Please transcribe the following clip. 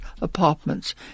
apartments